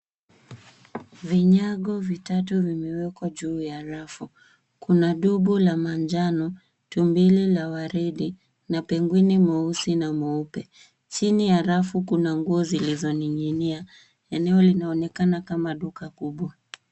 Vinyago vitatu vimewekwa juu ya rafu. Kuna dubo la manjano, tumbi la waridi na pengwini mweusi na mweupe. Chini ya rafu kuna nguo zilizoning'inia. Eneo linaonekana kama duka kubwa.